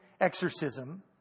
exorcism